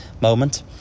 moment